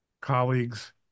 colleagues